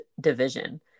division